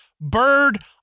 bird